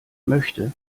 möchte